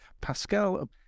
Pascal